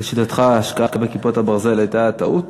לשיטתך, ההשקעה ב"כיפת ברזל" הייתה טעות?